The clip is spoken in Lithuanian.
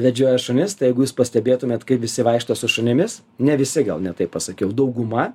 vedžioja šunis tai jeigu jūs pastebėtumėt kaip visi vaikšto su šunimis ne visi gal ne taip pasakiau dauguma